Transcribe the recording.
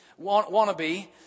wannabe